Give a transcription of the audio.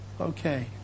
okay